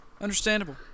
Understandable